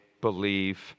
Believe